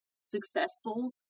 successful